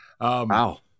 Wow